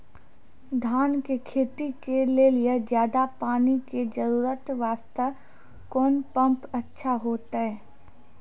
धान के खेती के लेली ज्यादा पानी के जरूरत वास्ते कोंन पम्प अच्छा होइते?